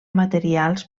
materials